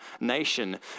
nation